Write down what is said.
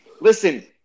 Listen